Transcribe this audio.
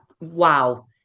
Wow